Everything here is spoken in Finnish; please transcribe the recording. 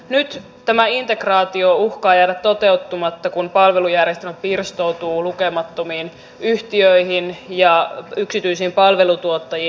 nyt tämä integraatio uhkaa jäädä toteutumatta kun palvelujärjestelmä pirstoutuu lukemattomiin yhtiöihin ja yksityisiin palvelutuottajiin